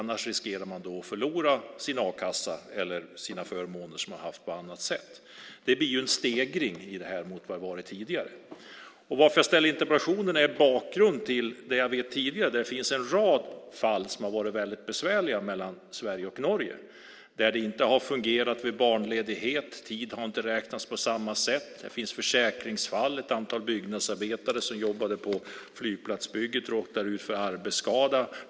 Annars riskerar personen att förlora sin a-kassa eller sina förmåner som personen haft på annat sätt. Det blir ju en stegring i det här mot hur det varit tidigare. Jag ställer interpellationen mot bakgrund av det som jag vet sedan tidigare. Det finns en rad fall som har varit väldigt besvärliga mellan Sverige och Norge, där det inte har fungerat med barnledighet. Tid har inte räknats på samma sätt. Det finns försäkringsfall. Ett antal byggnadsarbetare som jobbade på flygplatsbygget råkade ut för arbetsskada.